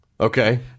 Okay